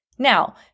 Now